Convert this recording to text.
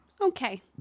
okay